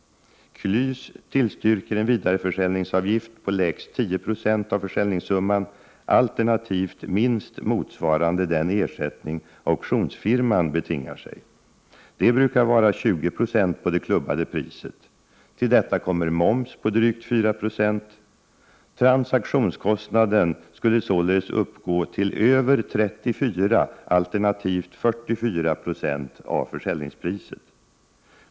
KLYS tillstyrker en vidareförsäljningsavgift på lägst 10 20 av försäljningssumman, alternativt minst motsvarande den ersättning auktionsfirman betingar sig. Det brukar vara 20 20 på det klubbade priset. Till detta kommer moms på drygt 4 96. Transaktionskostnaden skulle således uppgå till över 34 90 alternativt 44 96 av försäljningspriset.